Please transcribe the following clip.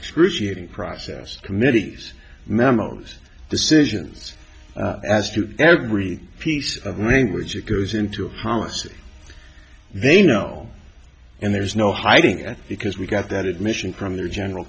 excruciating process committees memos decisions as to every piece of language it goes into a policy they know and there's no hiding it because we got that admission from their general